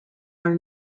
are